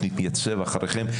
נתייצב אחריכם,